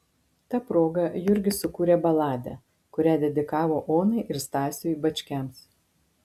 ta proga jurgis sukūrė baladę kurią dedikavo onai ir stasiui bačkiams